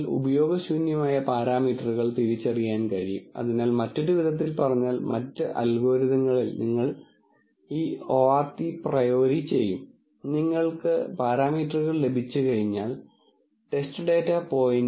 നിങ്ങൾ ഒരു അവധിക്കാലത്ത് വിദൂര സ്ഥലത്തേക്ക് പോകുകയും ഈ ഇടപാട് നടത്തുകയും ചെയ്തിട്ടുണ്ടെങ്കിൽ ഞാൻ അവധിക്കാലത്ത് ഈ സ്ഥലത്ത് വന്നിരുന്നു ഈ ട്രാൻസാക്ഷൻ ശരിയാണെന്ന് നിങ്ങൾക്ക് അവരോട് പറയാം അങ്ങനെയല്ലെങ്കിൽ നിങ്ങൾ അത് വഞ്ചനാപരമായ ഇടപാടാണെന്ന് കണ്ടെത്തുകയും പേയ്മെന്റ് നിർത്തുകയും ചെയ്യുന്നു